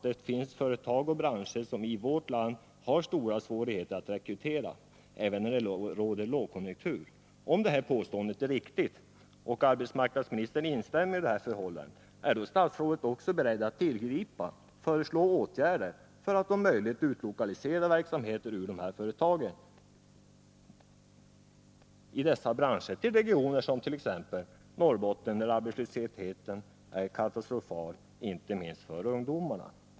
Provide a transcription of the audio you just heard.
Det finns företag och branscher som i vårt land har stora svårigheter att rekrytera även när det råder lågkonjunktur.” Om det här påståendet är riktigt och arbetsmarknadsministern instämmer i det, är statsrådet då också beredd att föreslå åtgärder för att om möjligt utlokalisera verksamheter från företag i dessa branscher till regioner som Nr 37 Norrbotten, där arbetslösheten är katastrofal, inte minst för ungdomarna?